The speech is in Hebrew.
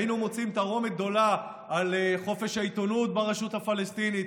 היינו מוצאים תרעומת גדולה על חופש העיתונות ברשות הפלסטינית.